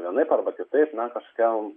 vienaip arba kitaip na kažkokia